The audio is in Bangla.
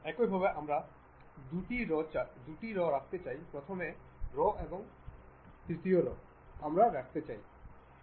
একইভাবে আমরা দুটি রো রাখতে চাই প্রথম রো এবং দ্বিতীয় রোটি আমরা রাখতে চাই